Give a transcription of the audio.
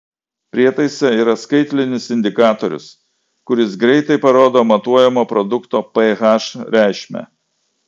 prietaise yra skaitlinis indikatorius kuris greitai parodo matuojamo produkto ph reikšmę